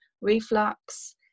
reflux